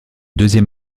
deuxième